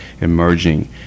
emerging